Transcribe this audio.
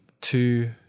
Two